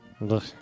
Look